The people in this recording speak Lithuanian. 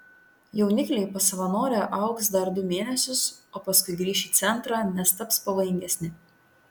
jaunikliai pas savanorę augs dar du mėnesius o paskui grįš į centrą nes taps pavojingesni